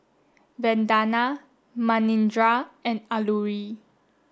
Vandana Manindra and Alluri